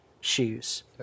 shoes